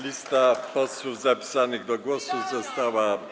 Lista posłów zapisanych do głosu została.